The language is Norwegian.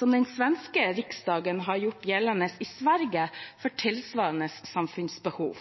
den svenske Riksdagen har gjort gjeldende i Sverige for tilsvarende samfunnsbehov.